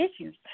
issues